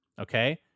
Okay